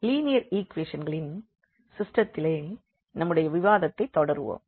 linear ஈக்குவேஷன்களின் சிஸ்டெத்திலே நம்முடைய விவாதத்தை தொடருவோம்